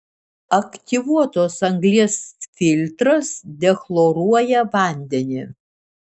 aktyvuotos anglies filtras dechloruoja vandenį